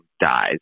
dies